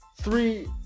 three